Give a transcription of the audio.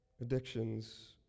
Addictions